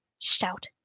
shout